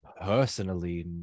Personally